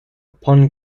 upon